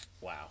Wow